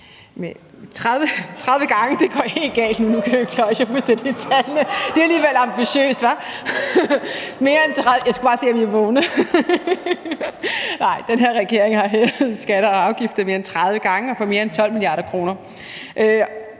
30 gange, det går helt galt, nu kløjes jeg fuldstændig i tallene. (Munterhed.) Det er alligevel ambitiøst, hvad? Jeg skulle bare se, om I var vågne. Nej, den her regering har hævet skatterne og afgifterne mere end 30 gange og for mere end 12 mia. kr.